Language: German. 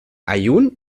aaiún